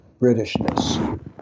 Britishness